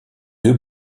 deux